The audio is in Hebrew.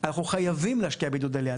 אנחנו חייבים להשקיע בעידוד עלייה.